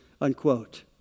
unquote